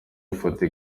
ifoto